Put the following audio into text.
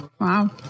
Wow